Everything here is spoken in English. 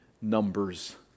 Numbers